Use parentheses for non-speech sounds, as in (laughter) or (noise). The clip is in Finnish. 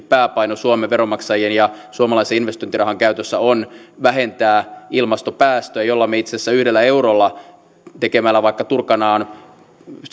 (unintelligible) pääpaino suomen veronmaksajien ja suomalaisen investointirahan käytössä on vähentää ilmastopäästöjä jolloin me itse asiassa yhdellä eurolla tekemällä vaikka turkanaan